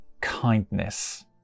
kindness